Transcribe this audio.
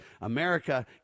America